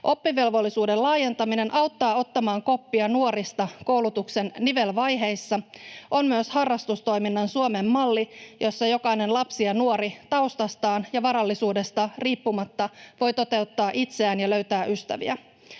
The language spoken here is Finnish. Oppivelvollisuuden laajentaminen auttaa ottamaan koppia nuorista koulutuksen nivelvaiheissa. On myös harrastustoiminnan Suomen malli, jossa jokainen lapsi ja nuori taustastaan ja varallisuudestaan riippumatta voi toteuttaa itseään ja löytää ystäviä.